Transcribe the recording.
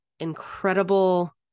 incredible